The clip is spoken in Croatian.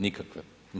Nikakve.